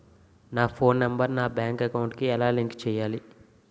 నా phone number నా bank account కి ఎలా లింక్ చేయాలి?